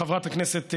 חברת הכנסת זנדברג,